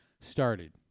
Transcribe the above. started